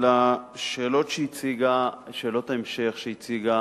לשאלות ההמשך שהציגה